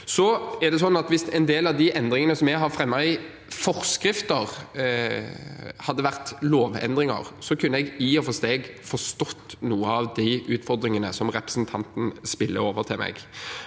i framtiden. Hvis en del av de endringene som vi har fremmet i forskrifter, hadde vært lovendringer, kunne jeg i og for seg forstått noen av de utfordringene som representanten spiller over til meg.